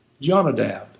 Jonadab